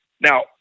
Now